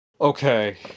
Okay